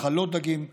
מחלות דגים ועוד.